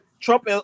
Trump